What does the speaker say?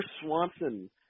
Swanson